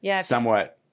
somewhat –